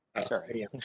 sorry